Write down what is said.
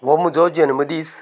हो म्हजो जल्मदीस